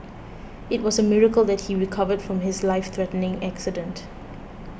it was a miracle that he recovered from his life threatening accident